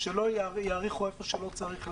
שלא יאריכו איפה שלא צריך להאריך,